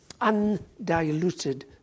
undiluted